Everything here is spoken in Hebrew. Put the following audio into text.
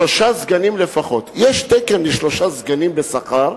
שלושה סגנים לפחות, יש תקן לשלושה סגנים בשכר,